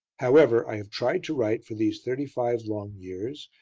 however, i have tried to write for these thirty-five long years,